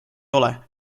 ole